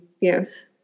Yes